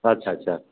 अच्छा अच्छा